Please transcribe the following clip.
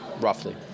roughly